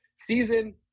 Season